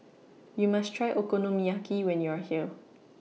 YOU must Try Okonomiyaki when YOU Are here